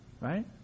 right